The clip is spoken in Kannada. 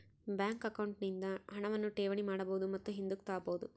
ಬ್ಯಾಂಕ್ ಅಕೌಂಟ್ ನಿಂದ ಹಣವನ್ನು ಠೇವಣಿ ಮಾಡಬಹುದು ಮತ್ತು ಹಿಂದುಕ್ ತಾಬೋದು